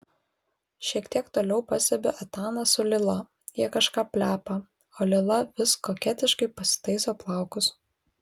šiek tiek toliau pastebiu etaną su lila jie kažką plepa o lila vis koketiškai pasitaiso plaukus